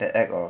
the act of